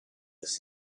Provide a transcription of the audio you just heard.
was